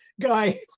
guy